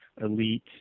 Elite